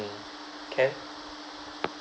can